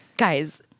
Guys